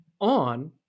on